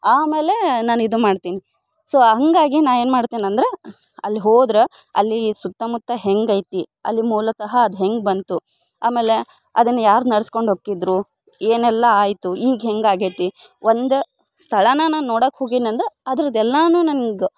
ಆಮೇಲೆ ನಾನು ಇದು ಮಾಡ್ತೀನಿ ಸೊ ಹಾಗಾಗಿ ನಾನು ಏನು ಮಾಡ್ತೀನಿ ಅಂದ್ರೆ ಅಲ್ಲಿ ಹೋದ್ರೆ ಅಲ್ಲಿ ಸುತ್ತಮುತ್ತ ಹೆಂಗೈತಿ ಅಲ್ಲಿ ಮೂಲತಃ ಅದು ಹೆಂಗೆ ಬಂತು ಆಮೇಲೆ ಅದನ್ನ ಯಾರು ನಡ್ಸ್ಕೊಂಡು ಹೋಕ್ಕಿದ್ರು ಏನೆಲ್ಲ ಆಯಿತು ಈಗ ಹೆಂಗೆ ಆಗೈತಿ ಒಂದು ಸ್ಥಳಾನ ನಾನು ನೋಡೋಕೆ ಹೋಗೀನಂದ್ರೆ ಅದ್ರದ್ದು ಎಲ್ಲನೂ ನನ್ಗೆ